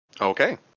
Okay